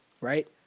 right